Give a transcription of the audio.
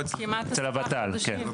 אצל הוות"ל כן.